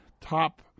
top